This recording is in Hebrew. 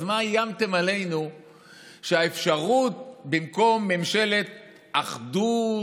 אז מה איימתם עלינו שזו האפשרות במקום ממשלת אחדות,